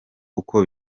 uko